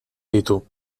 ditu